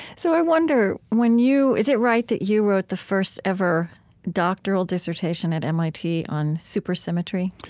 so i wonder, when you is it right that you wrote the first-ever doctoral dissertation at mit on supersymmetry?